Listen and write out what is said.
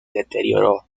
deterioró